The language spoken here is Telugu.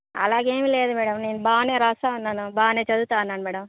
అలాగేమి లేదు మేడం నేను బాగానే రాస్తున్నాను బాగానే చదువుతున్నాను మేడం